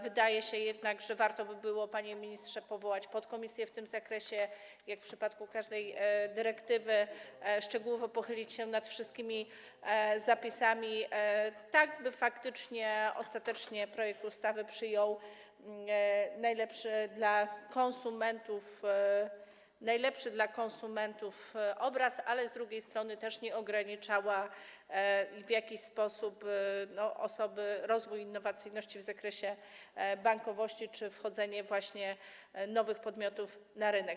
Wydaje się jednak, że warto by było, panie ministrze, powołać podkomisję w tym zakresie, jak w przypadku każdej dyrektywy, szczegółowo pochylić się nad wszystkimi zapisami, tak by faktycznie ostatecznie projekt ustawy przyjął najlepszy dla konsumentów obraz, ale z drugiej strony też nie ograniczał w jakiś sposób osoby, rozwoju innowacyjności w zakresie bankowości czy wchodzenia właśnie nowych podmiotów na rynek.